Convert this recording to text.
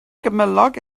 gymylog